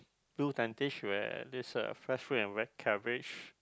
blue tentage where this uh fresh fruit and veg carriage